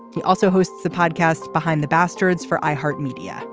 he also hosts the podcast behind the bastards for i heart media